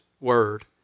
word